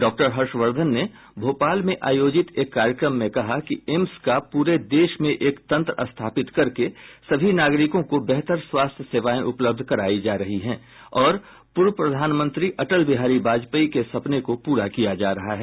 doctor Harshvardhan Bhopal में आयोजित एक कार्यक्रम में कहा कि एम्स का पूरे देश में एक तंत्र स्थापित करके सभी नागरिको को बेहतर स्वास्थ्य सेवाएं उपलब्ध कराई जा रही हैं और पूर्व प्रधानमंत्री अटल बिहारी वाजपेयी के सपने को पूरा किया जा रहा है